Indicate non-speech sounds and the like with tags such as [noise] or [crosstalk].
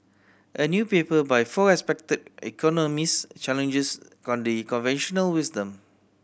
a new paper by four respected economist challenges [unintelligible] conventional wisdom